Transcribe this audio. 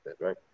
right